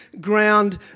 ground